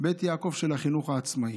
בית יעקב של החינוך העצמאי.